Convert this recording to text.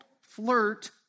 flirt